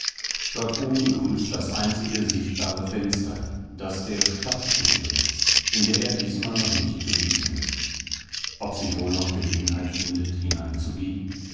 dort oben grüßt das einzige sichtbare fenster das der stadtstube in der er diesmal noch nicht gewesen ist ob sich wohl noch gelegenheit findet hineinzugehen